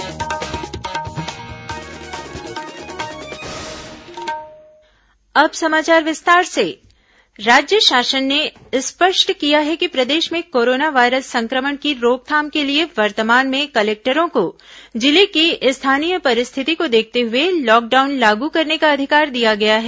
lockdown राज्य शासन ने स्पष्ट किया है कि प्रदेश में कोरोना वायरस संक्रमण की रोकथाम के लिए वर्तमान में कलेक्टरों को जिले की स्थानीय परिस्थिति को देखते हुए लॉकडाउन लागू करने का अधिकार दिया गया है